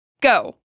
Go